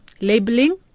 labeling